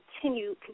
continue